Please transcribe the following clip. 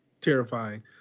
terrifying